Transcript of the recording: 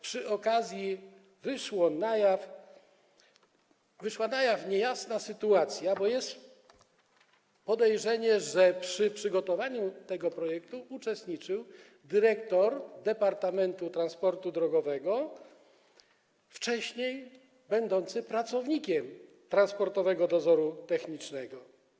Przy okazji wyszła także na jaw niejasna sytuacja, bo jest podejrzenie, że w przygotowaniu tego projektu uczestniczył dyrektor Departamentu Transportu Drogowego, wcześniej będący pracownikiem Transportowego Dozoru Technicznego.